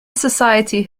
society